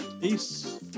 peace